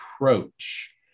approach